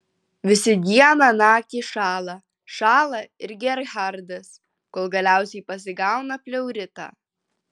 visi dieną naktį šąla šąla ir gerhardas kol galiausiai pasigauna pleuritą